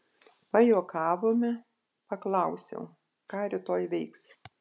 pajuokavome paklausiau ką rytoj veiks